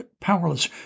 powerless